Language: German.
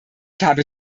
habe